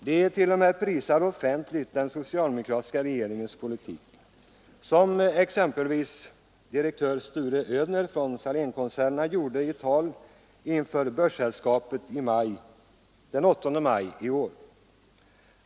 De prisar t.o.m. offentligt den socialdemokratiska regeringens politik, som exempelvis direktör Sture Ödner, Salénkoncernen, gjorde i ett tal inför Börssällskapet i Göteborg den 8 maj i år.